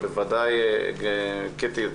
קטי,